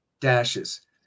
dashes